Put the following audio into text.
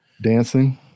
Dancing